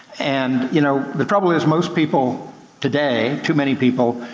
and you know the trouble is, most people today, too many people,